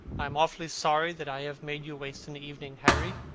i am awfully sorry that i have made you waste an evening, harry.